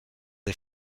des